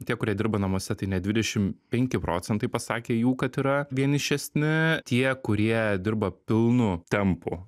tie kurie dirba namuose tai net dvidešimt penki procentai pasakė jų kad yra vienišesni tie kurie dirba pilnu tempu